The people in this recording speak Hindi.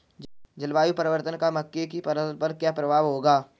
जलवायु परिवर्तन का मक्के की फसल पर क्या प्रभाव होगा?